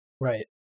right